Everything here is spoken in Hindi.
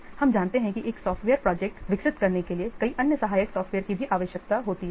तो हम जानते हैं कि एक सॉफ्टवेयर प्रोजेक्ट विकसित करने के लिए कई अन्य सहायक सॉफ्टवेयर की भी आवश्यकता होती है